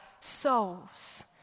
souls